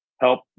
help